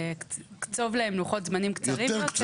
לקצוב להן לוחות זמנים קצרים יותר,